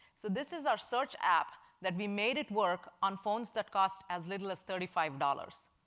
so this is our search app that we made it work on phones that cost as little as thirty five dollars.